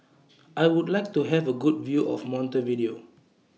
I Would like to Have A Good View of Montevideo